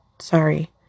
sorry